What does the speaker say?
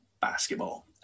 basketball